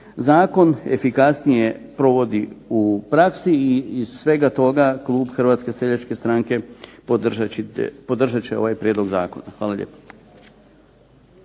zakon efikasnije provodi u praksi i iz svega toga klub Hrvatske seljačke stranke podržat će ovaj prijedlog zakona. Hvala lijepo.